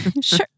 sure